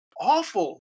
awful